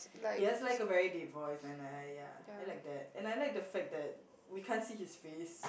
he has like a very deep voice and I ya I like that and I like the fact that we can't see his face